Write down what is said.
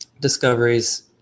discoveries